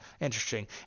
interesting